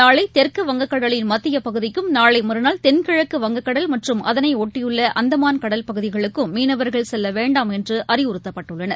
நாளைதெற்கு வங்கக் கடலின் மத்தியபகுதிக்கும் நாளைமறுநாள் தென்கிழக்கு வங்கக் கடல் மற்றும் அதனைஷட்டியுள்ளஅந்தமான் கடல் பகுதிகளுக்கும் மீளவர்கள் செல்லவேண்டாம் என்றுஅறிவுறுத்தப்பட்டுள்ளனர்